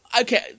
Okay